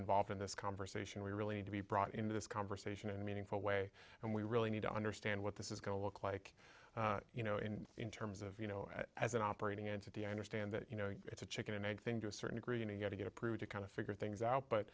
involved in this conversation we really need to be brought into this conversation in a meaningful way and we really need to understand what this is going to look like you know in in terms of you know as an operating into the i understand that you know it's a chicken and egg thing to a certain degree and you get to get approved to kind of figure things out but